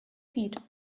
feet